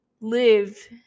live